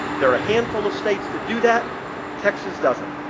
there are a handful of states that do that texas doesn't.